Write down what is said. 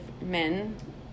men